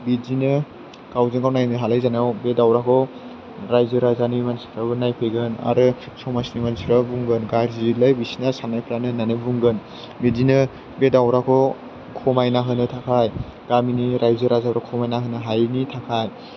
बिदिनो गावजों गाव नायनो हालायि जानायाव बे दावरावखौ रायजो राजानि मानसिफोराबो नायफैगोन आरो समाजनि मानसिफोरा बुंगोन गाज्रिलै बिसोरनि साननायफ्रा होननानै बुंगोन बिदिनो बे दावरावखौ खमायना होनो थाखाय गामिनि रायजो राजाया खमायना होनो हायिनि थाखाय